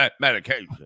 medication